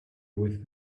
with